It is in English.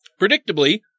Predictably